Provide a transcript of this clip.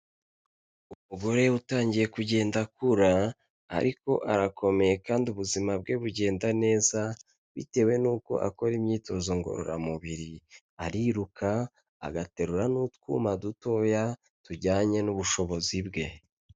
Umugore utangiye kugenda akura ariko arakomeye kandi ubuzima bwe bugenda neza bitewe n'uko akora imyitozo ngororamubiri, ariruka, agaterura n'utwuma dutoya tujyanye n'ubushobozi bwe.